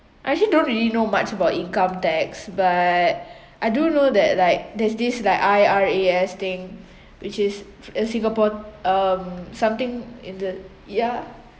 I actually don't really know much about income tax but I do know that like there's this like I_R_A_S thing which is in Singapore um something in the ya